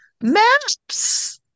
maps